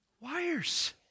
wires